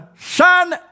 Son